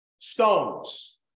stones